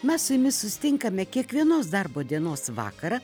mes su jumis susitinkame kiekvienos darbo dienos vakarą